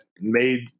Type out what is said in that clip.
made